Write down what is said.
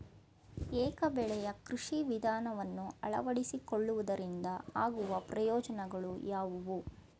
ಏಕ ಬೆಳೆಯ ಕೃಷಿ ವಿಧಾನವನ್ನು ಅಳವಡಿಸಿಕೊಳ್ಳುವುದರಿಂದ ಆಗುವ ಪ್ರಯೋಜನಗಳು ಯಾವುವು?